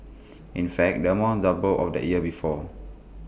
in fact the amount doubled of the year before